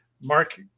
Mark